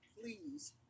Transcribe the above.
please